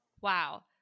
Wow